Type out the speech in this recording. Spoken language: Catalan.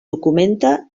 documenta